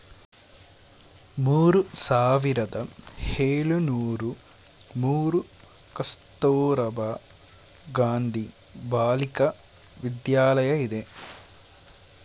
ಮೂರು ಸಾವಿರದ ಏಳುನೂರು ಮೂರು ಕಸ್ತೂರಬಾ ಗಾಂಧಿ ಬಾಲಿಕ ವಿದ್ಯಾಲಯ ಇದೆ